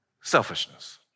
Selfishness